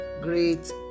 Great